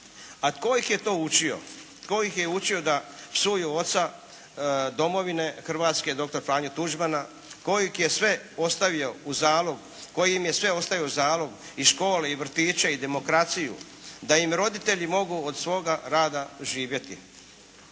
A tko ih je to učio? Tko ih je učio da psuju oca domovine Hrvatske doktor Franju Tuđmana koji im je sve ostavio u zalog, i škole, i vrtiće, i demokraciju da im roditelji mogu od svoga rada živjeti?